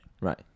right